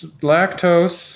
lactose